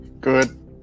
good